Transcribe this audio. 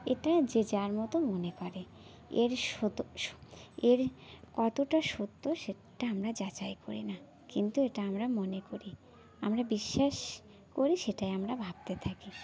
এটা যে যার মতো মনে করে এর এর কতটা সত্য সেটা আমরা যাচাই করি না কিন্তু এটা আমরা মনে করি আমরা বিশ্বাস করি সেটাই আমরা ভাবতে থাকি